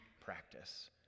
practice